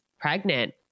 pregnant